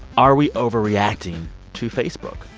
are we overreacting to facebook?